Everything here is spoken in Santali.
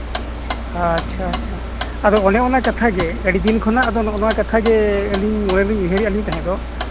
ᱟᱪᱪᱷᱟ ᱟᱪᱪᱷᱟ ᱟᱫᱚ ᱚᱱᱮ ᱚᱱᱟ ᱠᱟᱛᱷᱟ ᱜᱮ ᱟᱹᱰᱤ ᱫᱤᱱ ᱠᱷᱚᱱᱟᱜ ᱱᱚᱜᱼᱚ ᱱᱚᱣᱟ ᱠᱟᱛᱷᱟ ᱜᱮ ᱟᱹᱞᱤᱧ ᱢᱚᱱᱮ ᱞᱤᱧ ᱩᱭᱦᱟᱹᱨᱮᱫᱼᱟ ᱛᱟᱦᱮᱸ ᱫᱚᱜ